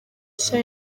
nshya